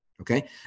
Okay